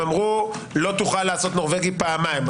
הם אמרו: לא תוכל לעשות נורבגי פעמיים.